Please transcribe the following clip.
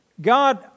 God